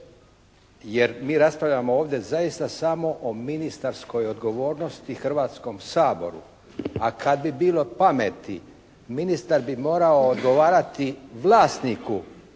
jer mi raspravljamo ovdje zaista samo o ministarskoj odgovornosti Hrvatskom saboru. A kad bi bilo pameti ministar bi morao odgovarati vlasniku